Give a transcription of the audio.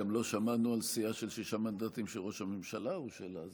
גם לא שמענו על סיעה של שישה מנדטים שראש הממשלה הוא שלה.